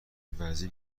وزیر